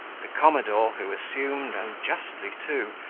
the commodore, who assumed, and justly too,